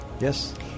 Yes